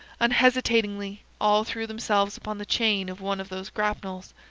unhesitatingly all threw themselves upon the chain of one of those grapnels,